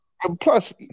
Plus